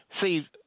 See